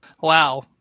Wow